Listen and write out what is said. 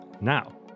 now